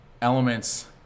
elements